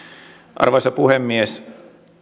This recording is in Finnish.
arvoisa puhemies